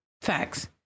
Facts